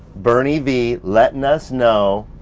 bernie v letting us know